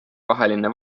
vaheline